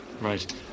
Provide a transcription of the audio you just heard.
Right